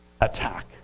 attack